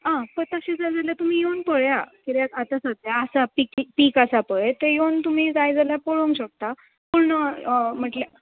आं तशें जाय जाल्यार तुमी यवन पळया कित्याक आतां सद्द्याक आसा पीक पीक आसा पळय तें तुमी यवन तुमी जाय जाल्यार पळोवंक शकता पूण म्हटल्यार